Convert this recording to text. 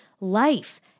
life